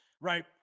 right